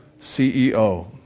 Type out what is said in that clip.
CEO